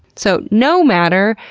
so no matter.